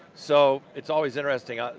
so it's always interesting, ah